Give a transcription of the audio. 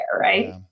Right